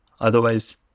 Otherwise